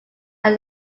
are